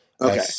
Okay